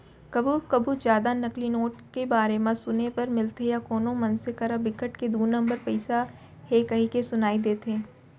कभू कभू जादा नकली नोट के बारे म सुने बर मिलथे या कोनो मनसे करा बिकट के दू नंबर पइसा हे कहिके सुनई देथे